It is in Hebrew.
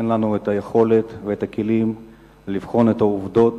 אין לנו היכולת והכלים לבחון את העובדות,